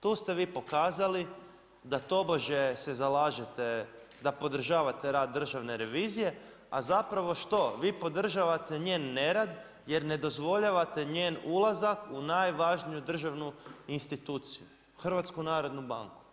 Tu ste vi pokazali da tobožnje se zalažete da podržavate rad Državne revizije, a zapravo što, vi podržavate njen nerad, jer ne dozvoljavate njen ulazak u najvažniju državnu instituciju, HNB.